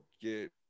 get